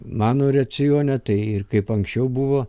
mano racione tai ir kaip anksčiau buvo